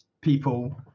people